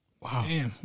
Wow